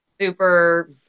super